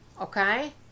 Okay